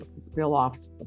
spill-offs